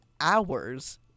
hours